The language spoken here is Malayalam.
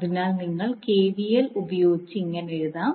അതിനാൽ നിങ്ങൾ കെവിഎൽ ഉപയോഗിച്ച് ഇങ്ങനെ എഴുതാം